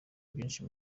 byinshi